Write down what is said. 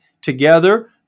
together